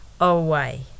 away